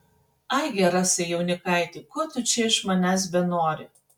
ai gerasai jaunikaiti ko tu čia iš manęs benori